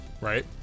Right